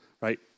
right